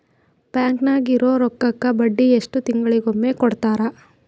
Bank ನಾಗಿರೋ ರೊಕ್ಕಕ್ಕ ಬಡ್ಡಿ ಎಷ್ಟು ತಿಂಗಳಿಗೊಮ್ಮೆ ಕೊಡ್ತಾರ?